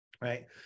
right